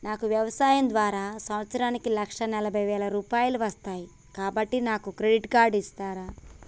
నాకు వ్యవసాయం ద్వారా సంవత్సరానికి లక్ష నలభై వేల రూపాయలు వస్తయ్, కాబట్టి నాకు క్రెడిట్ కార్డ్ ఇస్తరా?